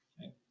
Okay